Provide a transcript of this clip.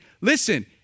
listen